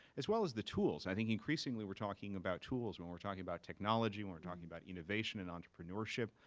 as well as the tools. i think increasingly, we're talking about tools when we're talking about technology, when we're talking about innovation and entrepreneurship.